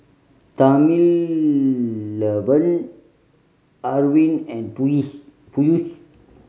Thamizhavel Arvind and Peyush